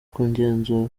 kugenzura